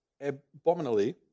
abominably